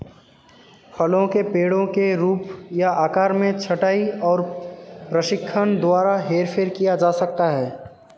फलों के पेड़ों के रूप या आकार में छंटाई और प्रशिक्षण द्वारा हेरफेर किया जा सकता है